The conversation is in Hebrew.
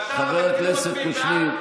חבר הכנסת קושניר,